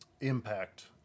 impact